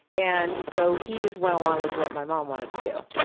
and so he just went along with what my mom wanted to do.